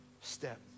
step